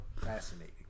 Fascinating